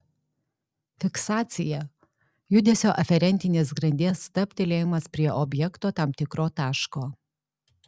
fiksacija judesio aferentinės grandies stabtelėjimas prie objekto tam tikro taško